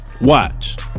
Watch